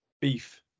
Beef